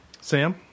Sam